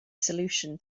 solution